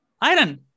Iron